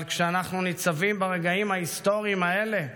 אבל כשאנחנו ניצבים ברגעים ההיסטוריים האלה,